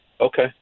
Okay